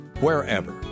wherever